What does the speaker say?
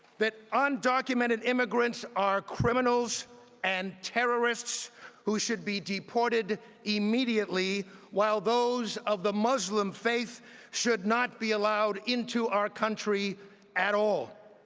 that undocumented immigrants are criminals and terrorists who should be deported immediately while those of the muslim faith should not be aloud into our country at all